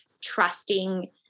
trusting